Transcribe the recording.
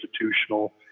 institutional